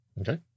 Okay